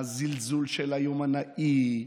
הזלזול של היומנאי,